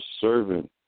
servant